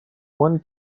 one